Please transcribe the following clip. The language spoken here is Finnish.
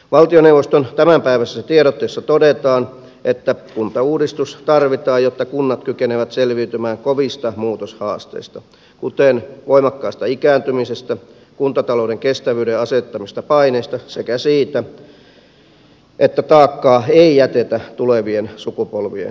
valtioneuvoston tämänpäiväisessä tiedotteessa todetaan että kuntauudistus tarvitaan jotta kunnat kykenevät selviytymään kovista muutoshaasteista kuten voimakkaasta ikääntymisestä kuntatalouden kestävyyden asettamista paineista sekä siitä että taakkaa ei jätetä tulevien sukupolvien hoidettavaksi